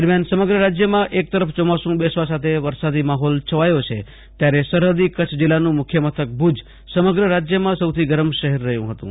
દરમિયાન સમગ્ર રાજ્યમાં એક તરફ ચોમાસું બેસવા સાથે વરસાદી માહોલ છવાથો છે ત્યારે સરહદી કચ્છ જીલ્લાનું મુખ્ય મથક ભુજ સમગ્ર રાજ્યમાં સૌથી ગરમ શહેર રહ્યું હતું